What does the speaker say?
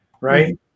Right